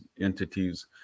entities